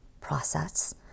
process